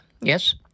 Yes